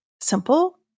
simple